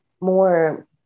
more